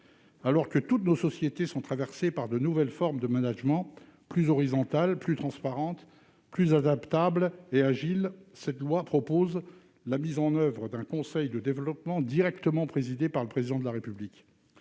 Alors que toutes nos sociétés sont traversées par de nouvelles formes de management, plus horizontales, plus transparentes, plus adaptables et plus agiles, le projet de loi prévoit la mise en place d'un conseil de développement sous l'autorité directe du Président de la République.